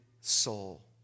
soul